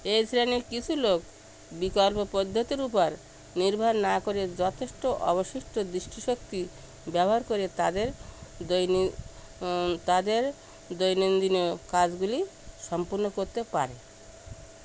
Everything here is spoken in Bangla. এই শ্রেণীর কিছু লোক বিকল্প পদ্ধতির উপর নির্ভর না করে যথেষ্ট অবশিষ্ট দৃষ্টিশক্তি ব্যবহার করে তাদের দৈন তাদের দৈনন্দিন কাজগুলি সম্পূর্ণ করতে পারে